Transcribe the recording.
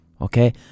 Okay